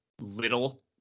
little